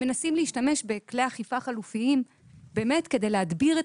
והם מנסים להשתמש בכלי אכיפה חלופיים כדי להדביר את